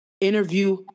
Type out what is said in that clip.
interview